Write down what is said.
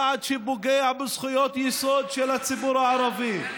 צעד שפוגע בזכויות יסוד של הציבור הערבי.